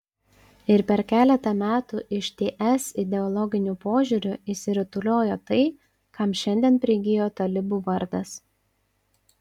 ir per keletą metų iš ts ideologiniu požiūriu išsirutuliojo tai kam šiandien prigijo talibų vardas